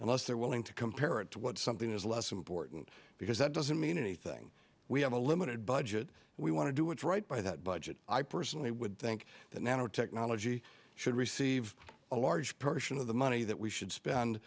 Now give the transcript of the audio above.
unless they're willing to compare it to what something is less important because that doesn't mean anything we have a limited budget we want to do what's right by that budget i personally would think that nanotechnology should receive a large portion of the money that we should spend